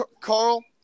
Carl